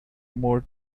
more